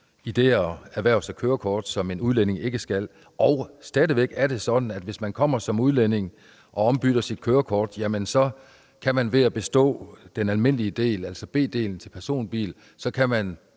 i det at erhverve sig kørekort, som en udlænding ikke skal igennem. Stadig væk er det sådan, at hvis man som udlænding kommer hertil og ombytter sit kørekort, kan man ved at bestå den almindelige del, altså B-delen til personbiler, pr.